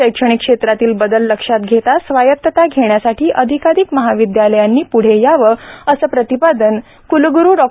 शैक्षणिक क्षेत्रातील बदल लक्षात घेता स्वायतता घेण्यासाठी अधिकाधिक महाविद्यालयांनी प्ढे यावे असे प्रतिपादन कुलग्रू डॉ